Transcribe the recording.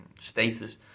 status